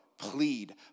plead